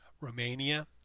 Romania